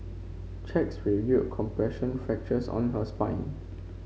checks review compression fractures on her spine